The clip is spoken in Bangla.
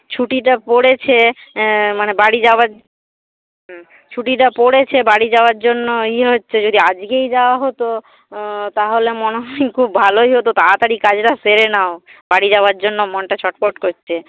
ছুটিটা পড়েছে মানে বাড়ি যাওয়ার হুম ছুটিটা পড়েছে বাড়ি যাওয়ার জন্য ইয়ে হচ্ছে যদি আজকেই যাওয়া হত তাহলে মনে হয় খুব ভালোই হত তাড়াতাড়ি কাজটা সেরে নাও বাড়ি যাওয়ার জন্য মনটা ছটফট করছে